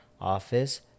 Office